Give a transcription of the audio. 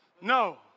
No